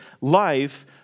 life